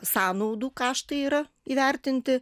sąnaudų kaštai yra įvertinti